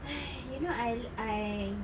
!hais! you know I I